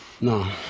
No